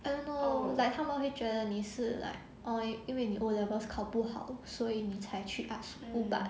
I don't know like 他们会觉得你是 like !oi! 因为你 O levels 考不好所以你才去 art school but